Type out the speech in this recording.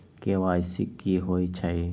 KYC कि होई छई?